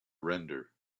render